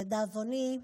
לדאבוני,